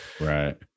Right